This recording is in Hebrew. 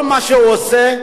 כל מה שהוא עושה,